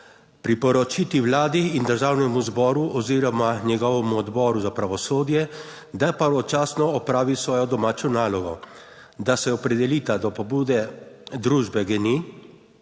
priporočiti Vladi in Državnemu zboru oziroma njegovemu Odboru za pravosodje, da pravočasno opravi svojo domačo nalogo. Da se opredelita do pobude družbe Geni